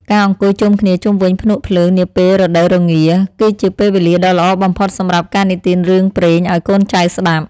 ការអង្គុយជុំគ្នាជុំវិញភ្នក់ភ្លើងនាពេលរដូវរងារ គឺជាពេលវេលាដ៏ល្អបំផុតសម្រាប់ការនិទានរឿងព្រេងឱ្យកូនចៅស្ដាប់។